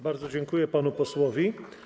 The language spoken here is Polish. Bardzo dziękuję panu posłowi.